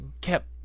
kept